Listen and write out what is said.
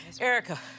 Erica